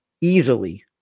easily